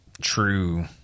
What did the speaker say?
true